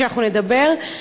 שאנחנו נדבר עליהם.